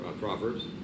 Proverbs